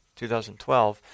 2012